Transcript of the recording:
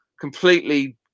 completely